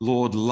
Lord